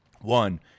one